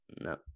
No